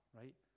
right